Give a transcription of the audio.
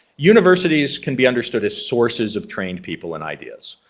universities can be understood as sources of trained people and ideas.